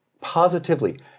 positively